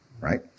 right